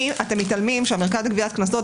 אתם מתעלמים מכך שהמרכז לגביית קנסות,